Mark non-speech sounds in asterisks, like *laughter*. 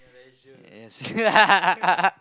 yes *laughs*